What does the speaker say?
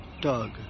Doug